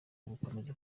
ugukomeza